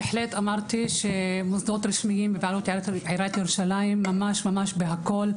אמרתי שמוסדות רשמיים הם בבעלות עיריית ירושלים בכול.